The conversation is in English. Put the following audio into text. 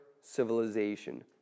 civilization